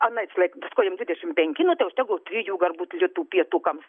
anais laik sakau jam dvidešim penki nu tai užtekdavo trijų garbūt litų pietukams